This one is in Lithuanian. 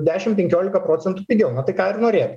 dešim penkiolika procentų pigiau na tai ką ir norėt